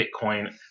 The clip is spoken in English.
Bitcoin